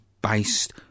based